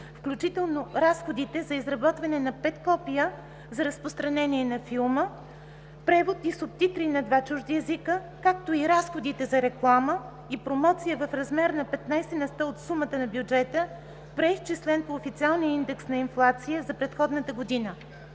включително разходите за изработване на 5 копия за разпространение на филма, превод и субтитри на два чужди езика, както и разходите за реклама и промоция в размер на 15 на сто от сумата на бюджета, преизчислен по официалния индекс на инфлация за предходната година.”